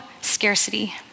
scarcity